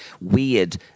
weird